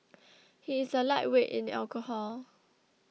he is a lightweight in alcohol